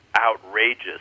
outrageous